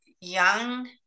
young